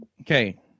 okay